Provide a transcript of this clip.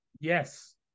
Yes